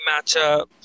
matchup